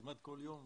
כמעט כל יום